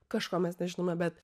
kažko mes nežinome bet